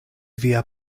via